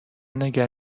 نگه